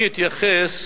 אני אתייחס,